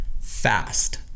fast